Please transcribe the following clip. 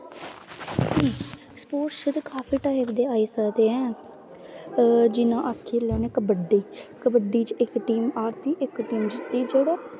sports ते काफी type दे आई सकदे ऐ जि'यां अस खेढने होने कबड्डी कबड्डी च इक टीम हारदी इक जित्तदी जेह्ड़ा